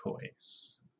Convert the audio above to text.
choice